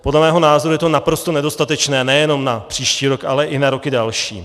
Podle mého názoru je to naprosto nedostatečné nejenom na příští rok, ale i na roky další.